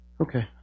Okay